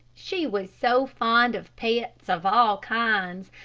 she was so fond of pets of all kinds,